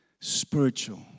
spiritual